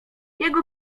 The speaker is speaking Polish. jego